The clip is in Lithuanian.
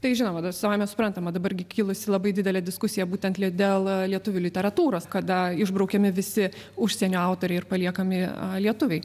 tai žinoma savaime suprantama dabar gi kilusi labai didelė diskusija būtent dėl lietuvių literatūros kada išbraukiami visi užsienio autoriai ir paliekami lietuviai